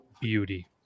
beauty